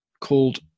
called